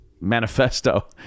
manifesto